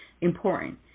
important